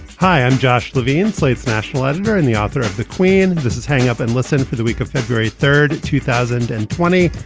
hi, i'm josh levine, slate's national editor and the author of the queen. this is hang up and listen for the week of february third, two thousand and twenty.